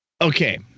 Okay